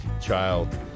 child